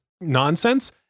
nonsense